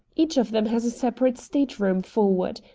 each of them has a separate state-room forward.